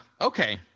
Okay